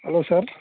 hello sir